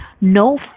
No